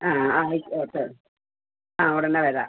ആ ആ ആയിക്കോട്ടെ ആ ഉടനെ വരാം